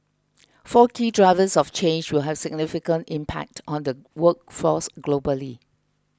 four key drivers of change will have significant impact on the workforce globally